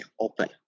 open